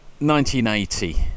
1980